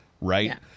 right